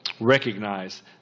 recognize